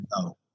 no